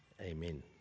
Amen